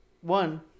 one